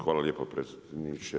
Hvala lijepa predsjedniče.